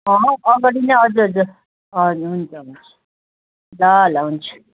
अँ हौ अगाडि नै हज हज हजुर हुन्छ हुन्छ ल ल हुन्छ